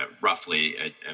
roughly